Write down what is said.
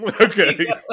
Okay